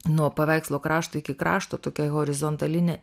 nuo paveikslo krašto iki krašto tokia horizontalinė